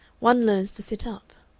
one learns to sit up.